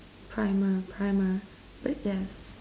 primer primer but yes